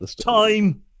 time